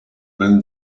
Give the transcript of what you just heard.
when